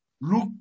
Look